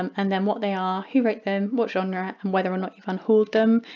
um and then what they are who wrote them, what genre and whether or not you've unhauled them.